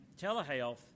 telehealth